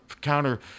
counter